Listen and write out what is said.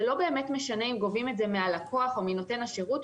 זה לא באמת משנה אם גובים את זה מהלקוח או מנותן השירות.